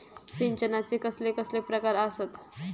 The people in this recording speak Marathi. सिंचनाचे कसले कसले प्रकार आसत?